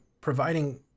providing